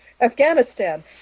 Afghanistan